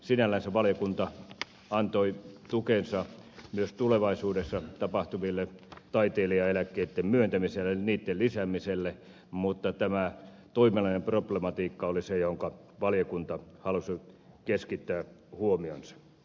sinällänsä valiokunta antoi tukensa myös tulevaisuudessa tapahtuville taiteilijaeläkkeitten myöntämisille niitten lisäämiselle mutta tämä toiminnallinen problematiikka oli se johonka valiokunta halusi keskittää huomionsa